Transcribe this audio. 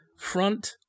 front